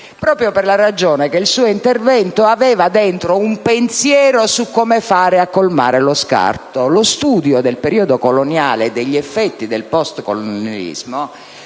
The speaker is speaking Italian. proprio per la ragione che il suo intervento aveva dentro un pensiero su come fare a colmare lo scarto. Lo studio del periodo coloniale e degli effetti del postcolonialismo